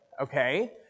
Okay